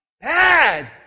Bad